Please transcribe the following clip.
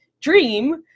dream